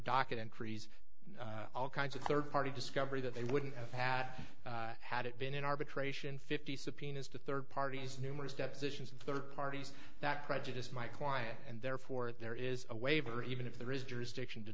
docket entries all kinds of third party discovery that they wouldn't have had had it been in arbitration fifty subpoenas to third parties numerous depositions of third parties that prejudiced my client and therefore there is a waiver even if there is jurisdiction to